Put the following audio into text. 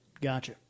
Gotcha